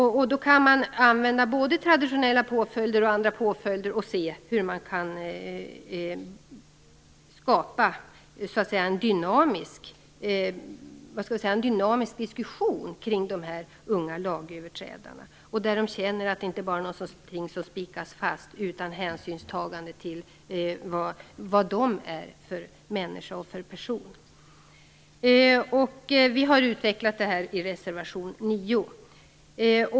Man kan använda både traditionella påföljder och andra påföljder och se hur man kan skapa en dynamisk diskussion kring de unga lagöverträdarna. De skall känna att det inte bara är något som spikas fast, utan hänsynstagande till vad de är för människor, för personer. Vi har utvecklat det här i reservation 9.